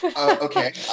okay